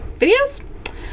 videos